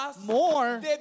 more